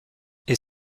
est